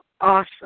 awesome